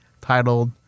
titled